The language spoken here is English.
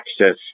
access